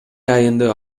айында